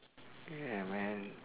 ya man